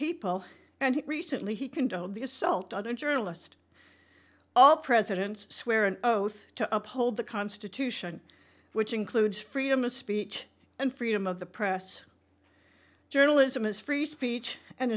people and recently he condoled the assault other journalist all presidents swear an oath to uphold the constitution which includes freedom of speech and freedom of the press journalism is free speech and